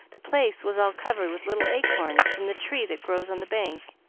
the place was all covered with little acorns from the tree that grows on the bank.